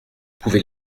pouvez